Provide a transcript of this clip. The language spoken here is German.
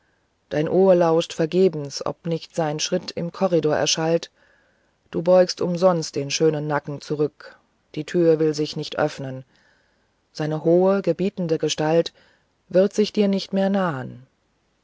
dein ohr lauscht vergebens ob nicht sein schritt im korridor erschallt du beugst umsonst den schönen nacken zurück die türe will sich nicht öffnen seine hohe gebietende gestalt wird sich dir nicht mehr nahen